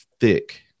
thick